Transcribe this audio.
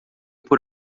por